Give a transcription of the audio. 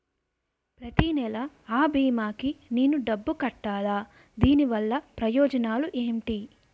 ప్రతినెల అ భీమా కి నేను డబ్బు కట్టాలా? దీనివల్ల ప్రయోజనాలు ఎంటి?